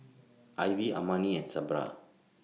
Ivy Armani and Sabra